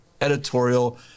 editorial